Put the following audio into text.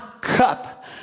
cup